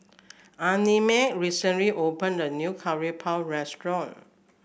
Annamae recently opened a new Curry Puff restaurant